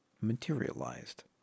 materialized